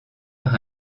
par